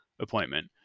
appointment